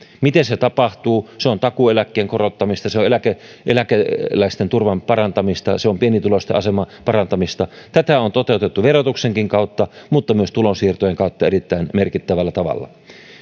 miten se tapahtuu se on takuueläkkeen korottamista se on eläkeläisten turvan parantamista ja se on pienituloisten aseman parantamista tätä on toteutettu verotuksenkin kautta mutta myös tulonsiirtojen kautta erittäin merkittävällä tavalla